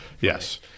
Yes